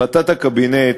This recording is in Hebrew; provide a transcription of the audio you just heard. החלטת הקבינט,